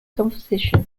composition